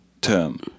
term